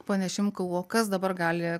pone šimkau o kas dabar gali